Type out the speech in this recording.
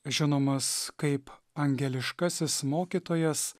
žinomas kaip angeliškasis mokytojas